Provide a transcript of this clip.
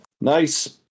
Nice